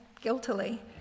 guiltily